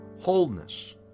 wholeness